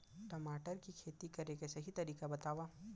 टमाटर की खेती करे के सही तरीका बतावा?